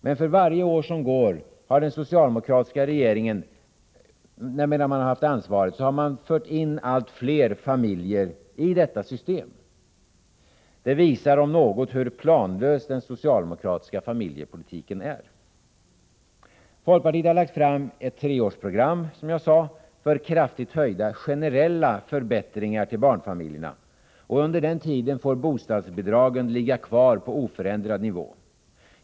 Men för varje år som den socialdemokratiska regerilgen har haft ansvaret har man fört in allt fler familjer i detta system. Det visar om något hur planlös den socialdemokratiska familjepolitiken är. Folkpartiet har lagt fram ett treårsprogram, som jag sade, för kraftigt höjda generella förbättringar till barnfamiljerna, och under den tiden får bostadsbidragen ligga kvar på oförändrad nivå.